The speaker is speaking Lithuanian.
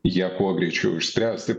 ją kuo greičiau išspręst